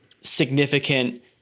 significant